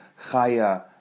Chaya